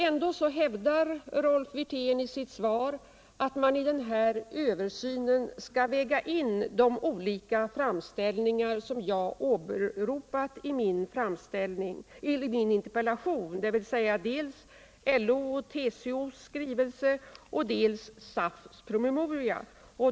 Ändå hävdar Rolf Wirtén i sitt svar att man i den här översynen skall väga in de olika framställningar som jag åberopat i min interpellation, dvs. dels LO:s och TCO:s skrivelse, dels SAF:s promemoria.